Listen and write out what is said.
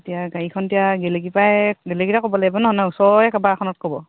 এতিয়া গাড়ীখন এতিয়া গেলেকীৰপৰাই গেলেকীতে ক'ব লাগিব ন নে ওচৰৰে কাৰোবাৰ এখনত ক'ব